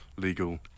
legal